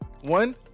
one